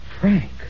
Frank